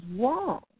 wrong